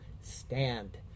stand